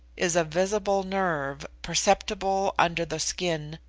is a visible nerve, perceptible under the skin,